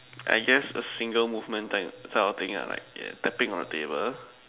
I guess a single movement like type of thing lah like tapping on the table